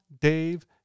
Dave